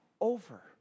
over